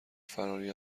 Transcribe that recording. فراری